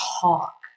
talk